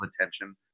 attention